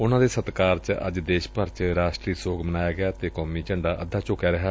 ਉਨਾਂ ਦੇ ਸਹਿਕਾਰ ਚ ਅੱਜ ਦੇਸ਼ ਭਰ ਚ ਰਾਸ਼ਟਰੀ ਸੋਗ ਮਨਾਇਆ ਗਿਆ ਅਤੇ ਕੌਮੀ ਝੰਡਾ ਅੱਧਾ ਝੁਕਿਆ ਰਿਹਾ